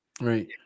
Right